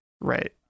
Right